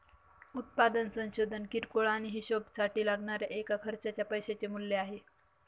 उत्पादन संशोधन किरकोळ आणि हीशेबासाठी लागणाऱ्या एका खर्चाच्या पैशाचे मूल्य आहे